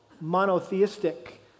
monotheistic